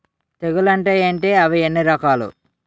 తెగులు అంటే ఏంటి అవి ఎన్ని రకాలు?